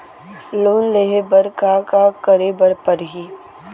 Loan लेहे बर का का का करे बर परहि?